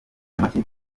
amashyi